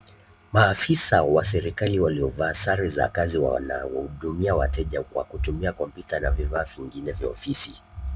Maafisa wa serekali walofavaa sare za kazi wanahudumia wateja kwa kutumia kumputa na vfivaa vya ofisi.